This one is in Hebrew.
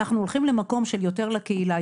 אנחנו הולכים למקום של יותר לקהילה,